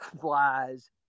flies